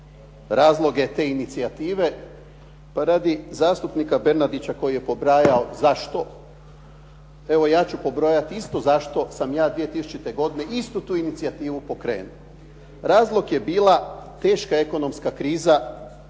razloge te inicijative pa radi zastupnika Bernardića koji je pobrajao zašto evo ja ću pobrojati isto zašto sam ja 2000. godine istu tu inicijativu pokrenuo. Razlog je bila teška ekonomska kriza